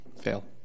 fail